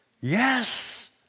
Yes